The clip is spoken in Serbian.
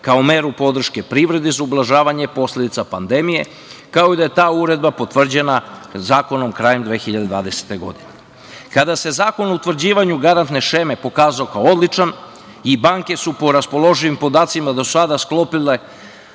kao meru podrške privredi za ublažavanje posledica pandemije, kao i da je ta uredba potvrđena zakonom krajem 2020. godine. Kada se zakon o utvrđivanju garantne šeme pokazao kao odličan i banke su po raspoloživim podacima do sada u sklopu